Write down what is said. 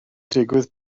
digwydd